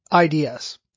IDS